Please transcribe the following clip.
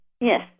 Yes